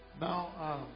Now